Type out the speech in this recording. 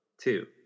Two